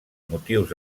motius